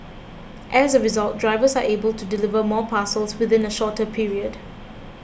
as a result drivers are able to deliver more parcels within a shorter period